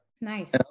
Nice